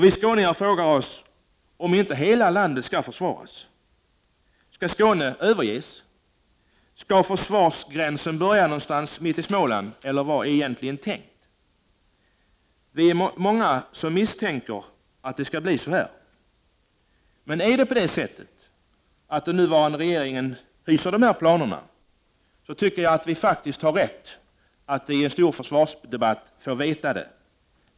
Vi skåningar frågar oss om inte hela landet skall försvaras. Skall Skåne överges? Skall försvarsgränsen gå någonstans mitt i Småland, eller vad har man egentligen tänkt? Många misstänker att det blir det värsta, men hyser den nuvarande regeringen sådana planer tycker jag att vi faktiskt har rätt att i en stor försvarsdebatt få besked.